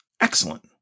Excellent